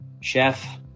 Chef